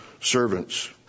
servants